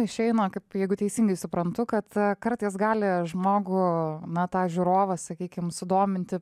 išeina kad jeigu teisingai suprantu kad kartais gali žmogų na tą žiūrovą sakykim sudominti